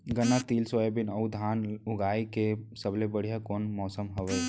गन्ना, तिल, सोयाबीन अऊ धान उगाए के सबले बढ़िया कोन मौसम हवये?